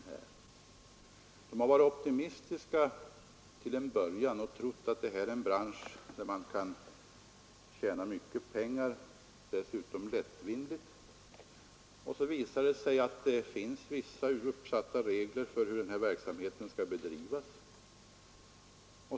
Till en början var de optimistiska och trodde att det var en bransch där man lättvindigt kunde tjäna mycket pengar, men så visade det sig att det fanns vissa regler uppställda för hur verksamheten skall bedrivas.